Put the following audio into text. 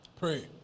Pray